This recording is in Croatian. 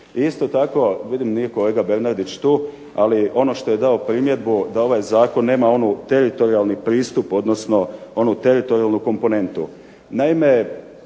Isto tako, vidim nije kolega Bernardić tu, ono što je dao primjedbu da ovaj Zakon nema teritorijalni pristup, onu teritorijalnu komponentu. Naime